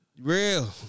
Real